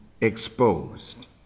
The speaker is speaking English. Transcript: exposed